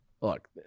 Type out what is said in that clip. look